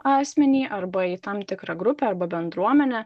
asmenį arba į tam tikrą grupę arba bendruomenę